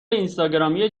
اینستاگرامی